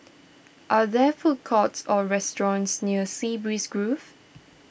are there food courts or restaurants near Sea Breeze Grove